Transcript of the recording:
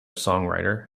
songwriter